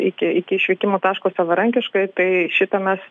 iki iki išvykimo taško savarankiškai tai šitą mes